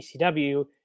ECW